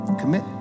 Commit